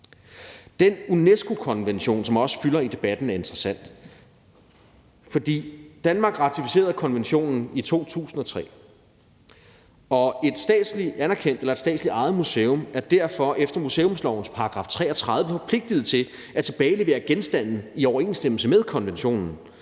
Den UNESCO-konvention, som også fylder i debatten, er interessant, fordi Danmark ratificerede konventionen i 2003, og et statsligt ejet museum er derfor efter museumslovens § 33 forpligtet til at tilbagelevere genstande i overensstemmelse med konventionen,